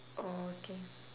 oh okay